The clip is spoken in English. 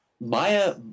Maya